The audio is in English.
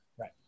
Right